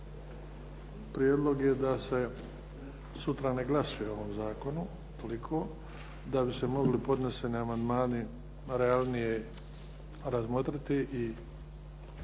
Prijedlog je da se sutra ne glasuje o ovom zakonu da bi se mogli podneseni amandmani realnije razmotriti i